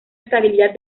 estabilidad